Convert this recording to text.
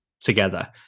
together